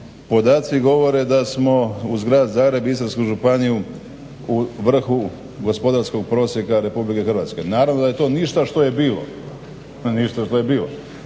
Podaci govore da smo uz grad Zagreb i Istarsku županiju u vrhu gospodarskog prosjeka Republike Hrvatske. Naravno da je to ništa što je bilo.